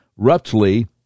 Ruptly